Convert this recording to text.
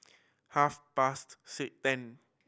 half past ten